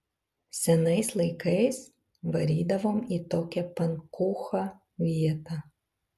senais laikais varydavom į tokią pankūchą vietą